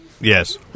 Yes